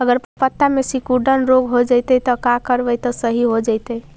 अगर पत्ता में सिकुड़न रोग हो जैतै त का करबै त सहि हो जैतै?